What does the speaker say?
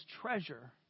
treasure